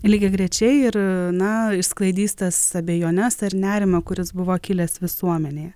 lygiagrečiai ir na išsklaidys tas abejones ar nerimą kuris buvo kilęs visuomenėje